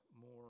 more